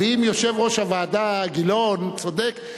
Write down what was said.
אם יושב-ראש הוועדה גילאון צודק,